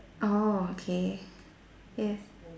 orh okay yes